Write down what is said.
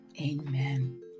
Amen